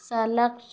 salads